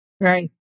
Right